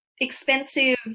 expensive